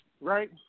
right